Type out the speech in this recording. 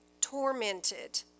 tormented